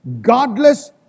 Godless